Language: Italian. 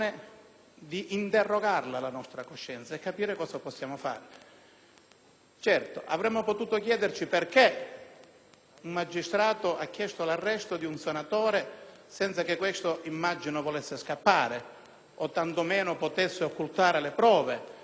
Certo, avremmo potuto chiederci perché un magistrato abbia chiesto l'arresto di un senatore senza che questi - immagino - volesse scappare o, tanto meno, potesse occultare le prove o, peggio ancora, reiterare il reato. Però l'arresto